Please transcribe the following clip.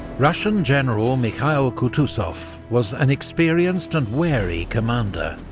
russian general mikhail kutuzov was an experienced and wary commander,